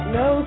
no